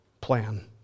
plan